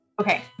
Okay